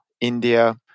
India